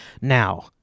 Now